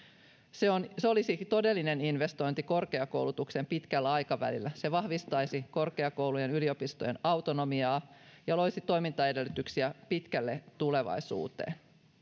se olisi todellinen investointi korkeakoulutukseen pitkällä aikavälillä se vahvistaisi korkeakoulujen yliopistojen autonomiaa ja loisi toimintaedellytyksiä pitkälle tulevaisuuteen asia